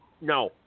No